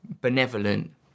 benevolent